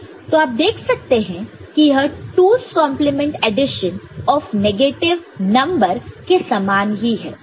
तो आप देख सकते हैं कि यह 2's complement 2's complement addition of negative number के समान ही है